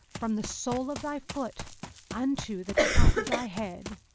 from the sole of thy foot unto the top of thy head.